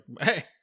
Hey